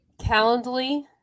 Calendly